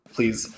please